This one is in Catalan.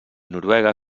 noruega